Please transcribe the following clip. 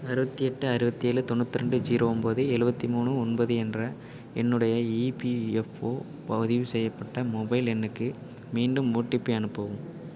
அறுபத்தி எட்டு அறுபத்தி ஏழு தொண்ணூற்றி ரெண்டு ஜீரோ ஒம்பது எழுவத்தி மூணு ஒன்பது என்ற என்னுடைய இபிஎஃப்ஓ பதிவு செய்யப்பட்ட மொபைல் எண்ணுக்கு மீண்டும் ஓடிபி அனுப்பவும்